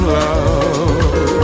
love